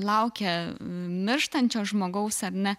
laukia mirštančio žmogaus ar ne